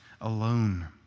alone